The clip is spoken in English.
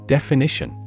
Definition